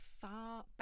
far